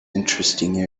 interesting